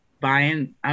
buying